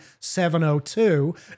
702